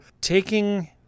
taking